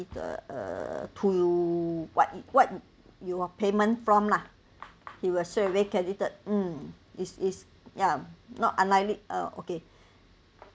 the uh to you what what you payment from lah he will straight away cancelled mm is is ya not unlikely uh okay